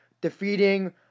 defeating